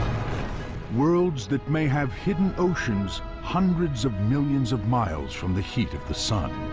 worlds that may have hidden oceans, hundreds of millions of miles from the heat of the sun.